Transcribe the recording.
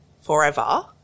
forever